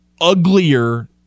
uglier